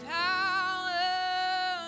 power